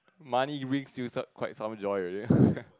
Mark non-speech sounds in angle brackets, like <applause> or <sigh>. money you mean used up quite some joy already ya <laughs>